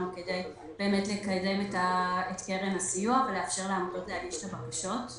כדי לקדם את קרן הסיוע ולאפשר לעמותות להגיש את הבקשות.